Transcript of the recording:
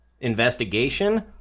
investigation